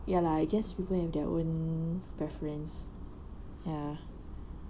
ya lah I guess people have their own preference ya